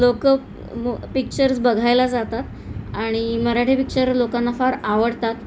लोकं मु पिक्चर्स बघायला जातात आणि मराठी पिक्चर लोकांना फार आवडतात